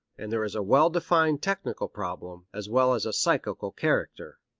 and there is a well defined technical problem, as well as a psychical character.